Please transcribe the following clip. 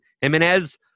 Jimenez